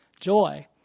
Joy